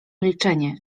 milczenie